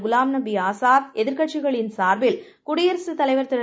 குலாம்நபிஆ சாத் எதிர்க்கட்சிகளின்சார்பில்குடியரசுதலைவர்திரு